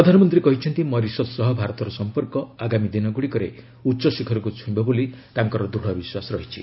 ପ୍ରଧାନମନ୍ତ୍ରୀ କହିଛନ୍ତି ମରିସସ୍ ସହ ଭାରତର ସଫପର୍କ ଆଗାମୀ ଦିନଗୁଡ଼ଫିକରେ ଉଚ୍ଚଶିଖରକୁ ଛୁଇଁବ ବୋଲି ତାଙ୍କର ଦୂଢ଼ ବିଶ୍ୱାସ ରହିଛି